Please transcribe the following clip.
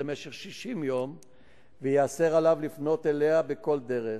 למשך 60 יום וייאסר עליו לפנות אליה בכל דרך.